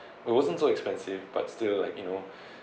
it wasn't so expensive but still like you know